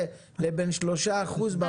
לבין שלושה אחוזים בפיילוט של באבל.